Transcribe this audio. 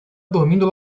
dormindo